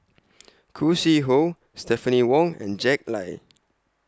Khoo Sui Hoe Stephanie Wong and Jack Lai